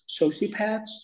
sociopaths